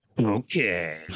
Okay